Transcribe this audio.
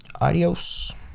Adios